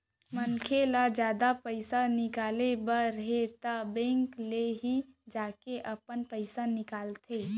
मनसे ल जादा पइसा निकाले बर हे त बेंक ले ही जाके अपन पइसा निकालंथे